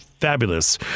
fabulous